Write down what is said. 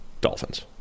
Dolphins